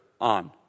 on